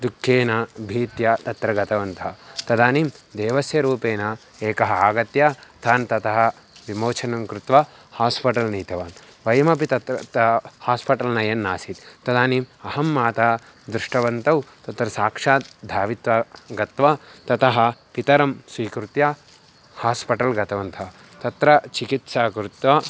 दुःखेन भीत्या तत्र गतवन्तः तदानीं देवस्य रूपेण एकः आगत्य तान् ततः विमोचनं कृत्वा हास्पटल् नीतवान् वयमपि तत्रत्य हास्पटल् नयन्नासीत् तदानीम् अहं माता दृष्टवन्तौ तत्र साक्षात् धावित्वा गत्वा ततः पितरं स्वीकृत्य हास्पटल् गतवन्तः तत्र चिकित्सां कृत्वा